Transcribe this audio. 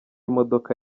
imodoka